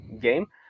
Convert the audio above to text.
game